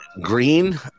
Green